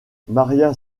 maria